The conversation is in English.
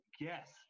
yes